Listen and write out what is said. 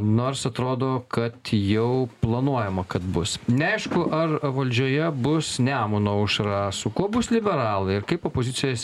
nors atrodo kad jau planuojama kad bus neaišku ar valdžioje bus nemuno aušra su kuo bus liberalai ir kaip opozicijos